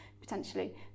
potentially